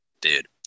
dude